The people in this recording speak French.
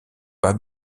pas